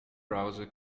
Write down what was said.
browser